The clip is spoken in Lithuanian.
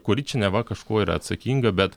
kuri čia neva kažkuo yra atsakinga bet